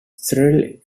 cyril